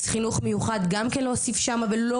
גם להוסיף שם את החינוך המיוחד,